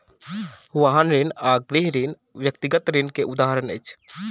वाहन ऋण आ गृह ऋण व्यक्तिगत ऋण के उदाहरण अछि